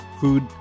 food